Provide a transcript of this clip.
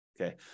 Okay